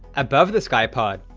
above the skypod,